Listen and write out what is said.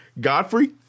Godfrey